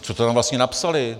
Co to tam vlastně napsali?